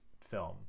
film